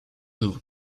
nouveau